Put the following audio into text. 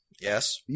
Yes